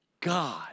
God